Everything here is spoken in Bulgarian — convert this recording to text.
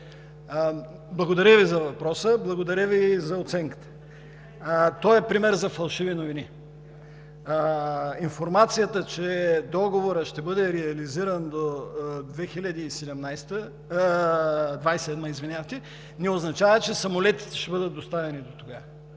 Благодаря Ви за въпроса, благодаря Ви и за оценката. Той е пример за фалшиви новини. Информацията, че договорът ще бъде реализиран до 2027 г., не означава, че самолетите ще бъдат доставени дотогава.